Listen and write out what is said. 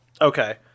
Okay